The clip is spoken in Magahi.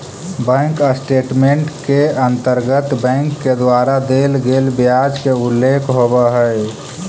बैंक स्टेटमेंट के अंतर्गत बैंक के द्वारा देल गेल ब्याज के उल्लेख होवऽ हइ